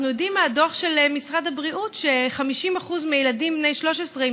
אנחנו יודעים מהדוח של משרד הבריאות ש-50% מהילדים בני ה-13,